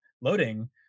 loading